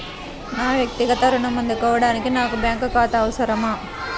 నా వక్తిగత ఋణం అందుకోడానికి నాకు బ్యాంక్ ఖాతా అవసరమా?